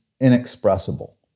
inexpressible